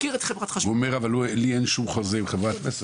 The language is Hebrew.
הוא אומר לי אין שום חוזה עם חברת חשמל,